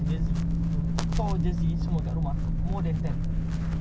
but Tamiya ada chance aku boleh ajar awal-awal aku